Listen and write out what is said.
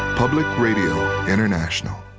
public radio international.